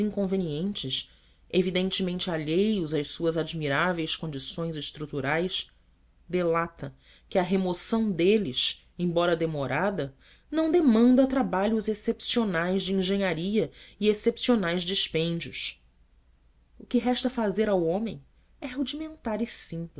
inconvenientes evidentemente alheios às suas admiráveis condições estruturais delata que a remoção deles embora demorada não demanda trabalhos excepcionais de engenharia e excepcionais dispêndios o que resta fazer ao homem é rudimentar e